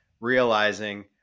realizing